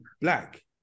black